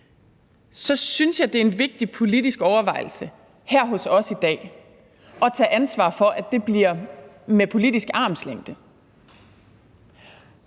synes jeg, det er en vigtig politisk overvejelse her hos os i dag at tage ansvar for, at det bliver med politisk armslængde.